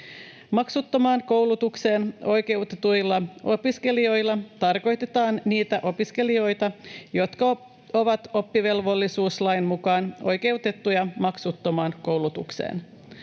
Maksuttomaan koulutukseen oikeutetuilla opiskelijoilla tarkoitetaan niitä opiskelijoita, jotka ovat oppivelvollisuuslain mukaan oikeutettuja maksuttomaan koulutukseen.